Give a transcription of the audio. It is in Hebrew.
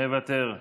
מוותר,